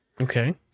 Okay